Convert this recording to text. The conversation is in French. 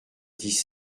dix